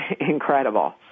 incredible